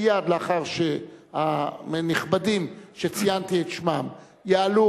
מייד לאחר שהנכבדים שציינתי את שמם יעלו